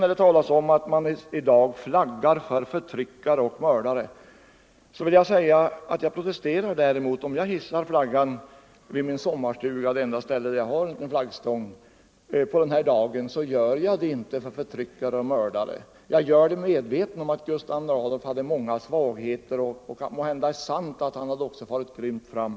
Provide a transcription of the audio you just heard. När det talas om att man i dag flaggar för förtryckare och mördare vill jag säga att jag protesterar däremot. Om jag hissar flaggan vid min sommarstuga — det enda ställe där jag har en flaggstång — på Gustav Adolfsdagen, gör jag det inte för förtryckare och mördare, utan jag gör det fullt medveten om att Gustav II Adolf hade många svagheter och att det måhända också är sant att han hade farit grymt fram.